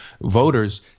voters